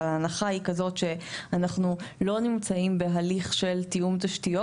אבל ההנחה היא כזאת שאנחנו לא נמצאים בהליך של תיאום תשתיות